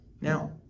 Now